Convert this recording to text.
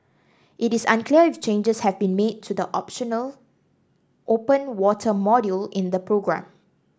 it is unclear if changes have been made to the optional open water module in the programme